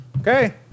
Okay